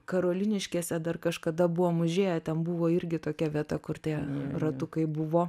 karoliniškėse dar kažkada buvom užėję ten buvo irgi tokia vieta kur tie ratukai buvo